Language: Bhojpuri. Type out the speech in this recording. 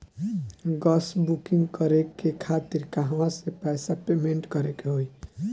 गॅस बूकिंग करे के खातिर कहवा से पैसा पेमेंट करे के होई?